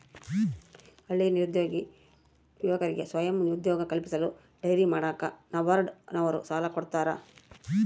ಹಳ್ಳಿ ನಿರುದ್ಯೋಗಿ ಯುವಕರಿಗೆ ಸ್ವಯಂ ಉದ್ಯೋಗ ಕಲ್ಪಿಸಲು ಡೈರಿ ಮಾಡಾಕ ನಬಾರ್ಡ ನವರು ಸಾಲ ಕೊಡ್ತಾರ